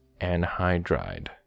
anhydride